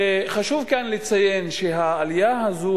וחשוב כאן לציין שהעלייה הזו,